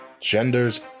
genders